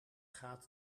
gaat